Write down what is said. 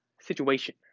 situation